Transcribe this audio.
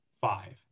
five